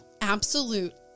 absolute